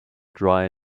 dry